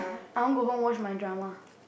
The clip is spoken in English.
I want go home watch my drama